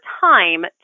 time